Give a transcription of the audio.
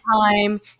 time